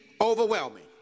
overwhelming